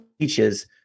teaches